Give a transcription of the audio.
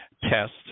test